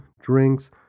drinks